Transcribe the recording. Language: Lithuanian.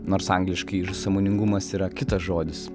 nors angliškai ir sąmoningumas yra kitas žodis